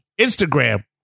Instagram